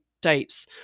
dates